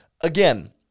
again